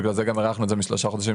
בגלל זה גם הארכנו את זה משלושה חודשים